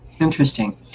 Interesting